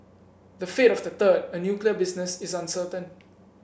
the fate of the third a nuclear business is uncertain